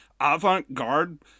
avant-garde